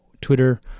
Twitter